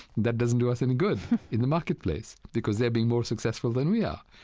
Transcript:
that doesn't do us any good in the marketplace because they're being more successful than we are.